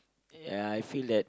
ya I feel that